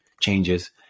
changes